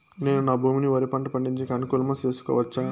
నేను నా భూమిని వరి పంట పండించేకి అనుకూలమా చేసుకోవచ్చా?